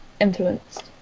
influenced